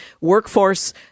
workforce